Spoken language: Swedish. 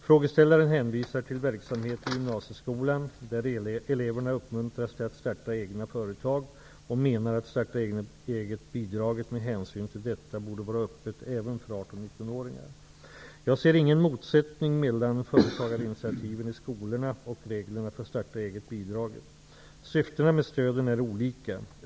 Frågeställaren hänvisar till verksamhet i gymnasieskolan, där eleverna uppmuntras till att starta egna företag och menar att starta-egetbidraget med hänsyn till detta borde vara öppet även för 18 och 19-åringar. Jag ser ingen motsättning mellan företagarinitiativen i skolorna och reglerna för starta-eget-bidraget. Syftena med stöden är olika.